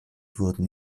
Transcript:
wurden